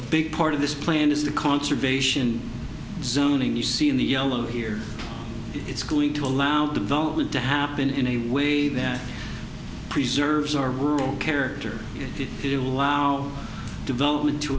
a big part of this plan is the conservation zoning you see in the yellow here it's going to allow development to happen in a way that preserves our rural character if you allow development to